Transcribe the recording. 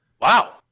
wow